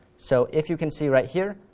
so if you can see right here,